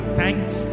thanks